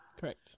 Correct